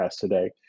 today